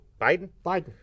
Biden